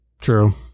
True